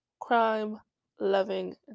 crime-loving